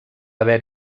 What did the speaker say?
haver